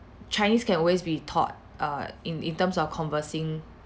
chinese can always be taught err in in terms of conversing